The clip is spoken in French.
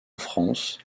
france